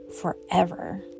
forever